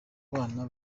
bana